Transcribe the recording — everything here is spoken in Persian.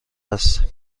هستیم